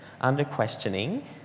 under-questioning